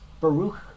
Baruch